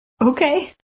Okay